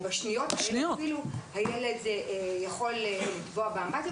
בשניות האלה הילד יכול לטבוע באמבטיה.